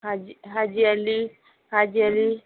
Haji Haji Ali Haji Ali